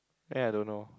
then I don't know